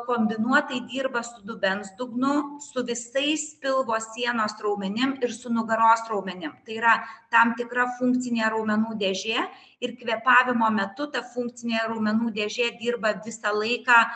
kombinuotai dirba su dubens dugnu su visais pilvo sienos raumenim ir su nugaros raumenim tai yra tam tikra funkcinė raumenų dėžė ir kvėpavimo metu ta funkcinė raumenų dėžė dirba visą laiką